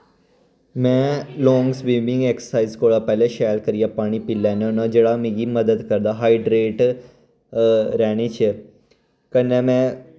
में long swimming exercise कोला पैह्ले शैल करियै पानी पी लैन्ना होन्ना जेह्ड़ा मिगी मदद करदा हाइड्रेट रैह्ने च कन्नै में